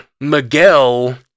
Miguel